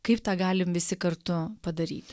kaip tą galim visi kartu padaryt